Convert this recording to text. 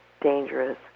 dangerous